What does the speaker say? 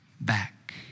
back